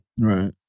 Right